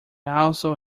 also